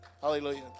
Hallelujah